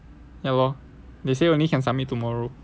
ya lor they say only can submit tomorrow